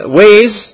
ways